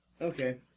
okay